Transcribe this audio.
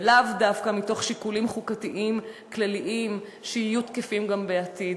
ולאו דווקא מתוך שיקולים חוקתיים כלליים שיהיו תקפים גם בעתיד.